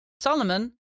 Solomon